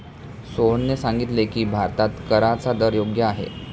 सोहनने सांगितले की, भारतात कराचा दर योग्य आहे